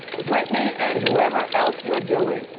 brittney and whoever else you're doing,